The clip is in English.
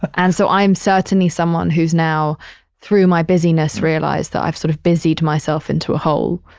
and so i'm certainly someone who's now through my busy-ness realized that i've sort of busy-ed to myself into a hole.